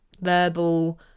verbal